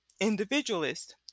individualist